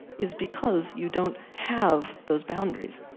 is because you don't have those boundaries.